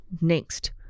Next